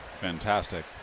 fantastic